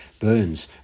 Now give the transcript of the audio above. burns